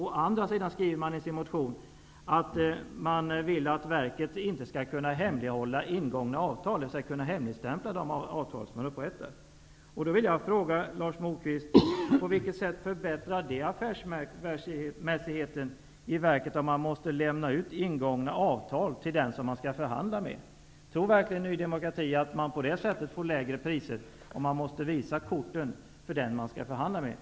Å andra sidan skriver man i sin motion att man vill att verket inte skall kunna hemlighålla ingångna avtal, dvs. att verket inte skall kunna hemligstämpla upprättade avtal. Då vill jag fråga Lars Moquist: På vilket sätt förbättrar detta affärsmässigheten i verket, om man måste lämna ut ingångna avtal till den som man skall förhandla med? Tror verkligen Ny demokrati att priserna blir lägre, om man måste visa korten för den som man skall förhandla med?